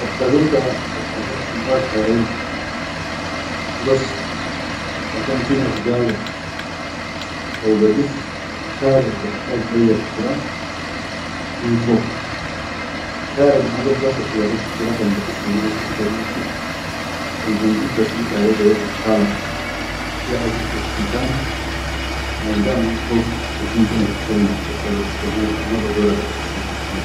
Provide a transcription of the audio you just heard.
Addariqa albatantin ba karai hubas, batantina dugaga haw badis alkare albahtaj leyya usura kan badissa hubas ilga min tit, ash kan jit badis karai da ya ilkhalad, ya ajibattitani, kan algaid min fog titintin ittallaf dadda badissa hu alma badora da min fuk.